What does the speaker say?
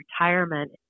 retirement